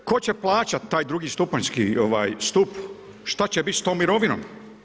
Tko će plaćat taj drugi stupanjski stup, šta će biti sa tom mirovinom?